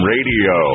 Radio